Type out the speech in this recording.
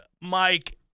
Mike